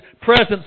presence